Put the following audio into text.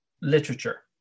Literature